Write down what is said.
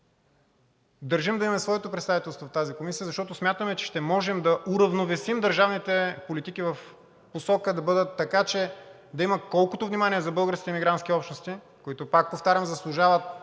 държим да имаме своето представителство в тази комисия, защото смятаме, че ще можем да уравновесим държавните политики в посока да бъдат така, че да има колкото внимание за българските емигрантски общности, които, повтарям, заслужават